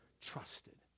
trusted